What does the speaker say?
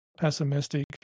pessimistic